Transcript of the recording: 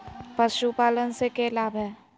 पशुपालन से के लाभ हय?